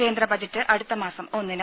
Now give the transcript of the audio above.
കേന്ദ്ര ബജറ്റ് അടുത്തമാസം ഒന്നിന്